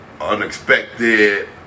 unexpected